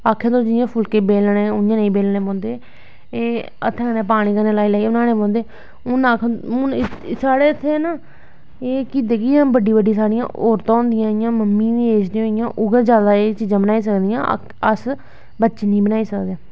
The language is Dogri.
आक्खै कोई पुल्के बेलने उआं नेईं बेलने पौंदे एहह् हत्थैं कन्नै पानी लाई लाईयै बनानै पौंदे हून साढ़ै इत्थें ना एह् बड्डियां बड्डियां साड़ियां औरतां होंदियां मम्मियां उऐ जादा एह् चीजां बनाई सकदियां बच्चे नी बनाई सकदे